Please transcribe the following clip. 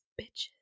bitches